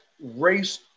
race